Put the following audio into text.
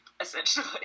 essentially